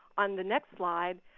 on the next slide,